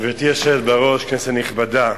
גברתי היושבת בראש, כנסת נכבדה,